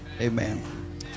Amen